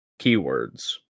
keywords